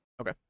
Okay